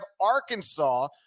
Arkansas